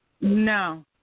No